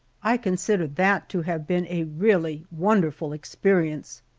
i consider that to have been a really wonderful experience.